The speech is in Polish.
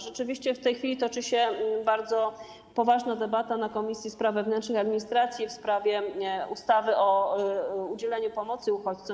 Rzeczywiście w tej chwili toczy się bardzo poważna debata w Komisji Spraw Wewnętrznych i Administracji w sprawie ustawy o udzieleniu pomocy uchodźcom.